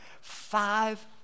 five